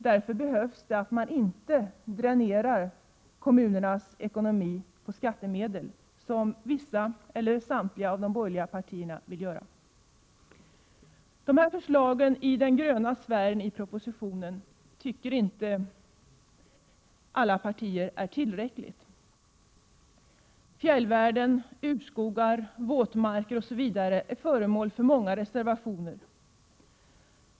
Då kan man inte dränera kommunernas ekonomi på skattemedel, som vissa av eller samtliga borgerliga partier vill göra. Förslagen i propositionen när det gäller den gröna sfären tycker inte alla partier är tillräckliga. Fjällvärlden, urskogar, våtmarker, osv. är föremål för många reservationer.